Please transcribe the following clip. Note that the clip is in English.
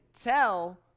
tell